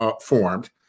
formed